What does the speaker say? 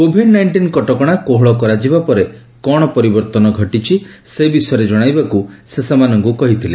Covid nineteen କଟକଣା କୋହଳ କରାଯିବା ପରେ କ'ଣ ପରିବର୍ତ୍ତନ ଘଟିଛି ସେ ବିଷୟରେ ଜଣାଇବାକୁ ସେ ସେମାନଙ୍କୁ କହିଥିଲେ